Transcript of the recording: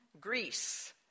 Greece